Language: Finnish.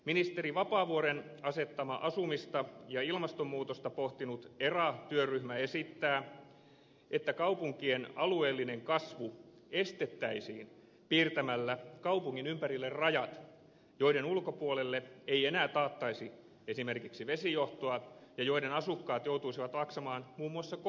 ministeri vapaavuoren asettama asumista ja ilmastonmuutosta pohtinut era työryhmä esittää että kaupunkien alueellinen kasvu estettäisiin piirtämällä kaupungin ympärille rajat joiden ulkopuolelle ei enää taattaisi esimerkiksi vesijohtoa ja joiden ulkopuoliset asukkaat joutuisivat maksamaan muun muassa koulukyydit